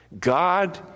God